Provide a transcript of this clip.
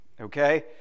Okay